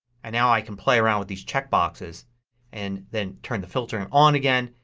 and now i can play around with these checkboxes and then turn the filter and on again,